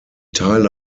teile